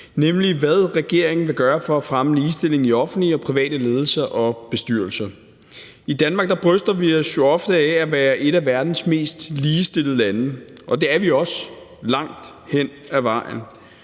nemlig hvad regeringen vil gøre for at fremme ligestilling i offentlige og private ledelser og bestyrelser. I Danmark bryster vi os jo ofte af at være et af verdens mest ligestillede lande, og det er vi også langt hen ad vejen.